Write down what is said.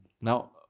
Now